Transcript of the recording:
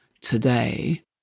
today